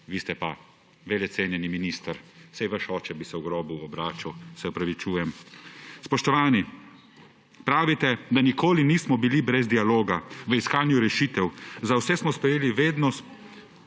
vi ste pa velecenjeni minister? Saj vaš oče bi se v grobu obračal, se opravičujem. Spoštovani, pravite, da nikoli nismo bili brez dialoga v iskanju rešitev. Za vse smo sprejeli vedno